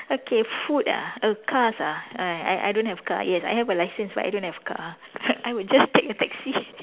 okay food ah err cars ah I I I don't have car yes I have a license but I don't have car I would just take a taxi